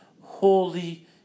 holy